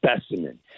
specimen